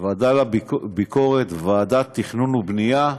ועדת ביקורת, ועדת לתכנון ובנייה וכו'